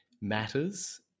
matters